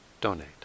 donate